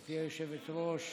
גברתי היושבת-ראש,